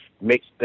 makes